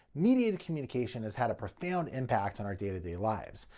mediated communication has had a profound impact on our day to day lives.